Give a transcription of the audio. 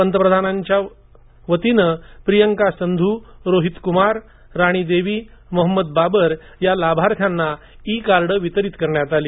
पंतप्रधानांच्या वतीने प्रियंका संधू रोहित कुमार राणी देवी मोहम्मद बाबर या लाभार्थ्यांना ई कार्ड वितरित करण्यात आली